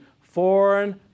foreign